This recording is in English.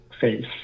face